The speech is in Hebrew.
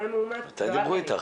מתי הם דיברו אתך?